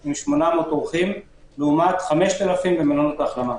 עם 800 אורחים לעומת 5,000 מלונות ההחלמה.